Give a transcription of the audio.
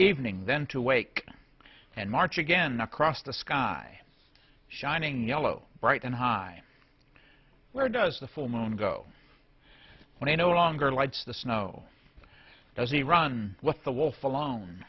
evening then to awake and march again across the sky shining yellow bright and high where does the full moon go when he no longer lights the snow does he run with the wolf alone